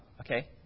okay